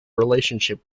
relationship